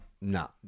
no